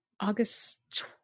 August